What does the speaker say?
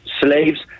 Slaves